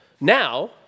Now